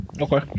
Okay